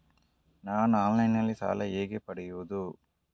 ನಾನು ಆನ್ಲೈನ್ನಲ್ಲಿ ಸಾಲ ಹೇಗೆ ಪಡೆಯುವುದು?